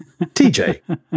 TJ